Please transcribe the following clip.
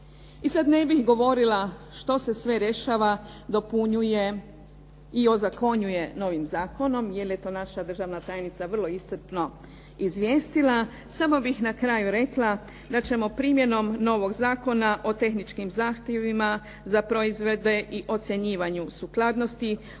I sada ne bih govorila što se dešava i dopunjuje i ozakonjuje novim zakonom, jer je to naša državna tajnica vrlo iscrpno izvijestila. Samo bih na kraju rekla da ćemo primjenom novog Zakona o tehničkim zahtjevima za proizvode i ocjenjivanju sukladnosti